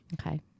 Okay